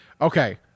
okay